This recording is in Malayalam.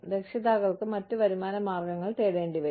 രക്ഷിതാക്കൾക്ക് മറ്റ് വരുമാന മാർഗങ്ങൾ തേടേണ്ടിവരും